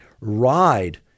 ride